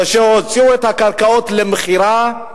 כאשר הוציאו את הקרקעות למכירה,